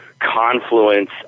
confluence